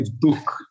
book